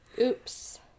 Oops